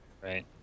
Right